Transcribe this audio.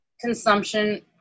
consumption